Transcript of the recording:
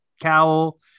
cowl